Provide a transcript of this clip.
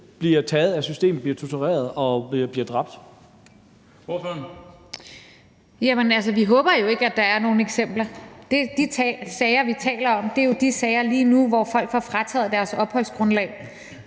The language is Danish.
Bøgsted): Ordføreren. Kl. 14:16 Rosa Lund (EL): Jamen altså, vi håber jo ikke, at der er nogen eksempler. De sager, vi taler om, er jo de sager lige nu, hvor folk får frataget deres opholdsgrundlag,